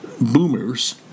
boomers